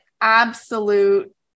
absolute